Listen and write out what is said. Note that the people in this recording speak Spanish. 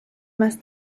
más